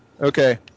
Okay